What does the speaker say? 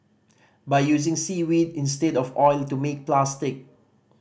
by using seaweed instead of oil to make plastic